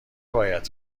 باید